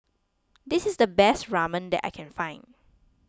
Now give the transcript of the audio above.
this is the best Ramen that I can find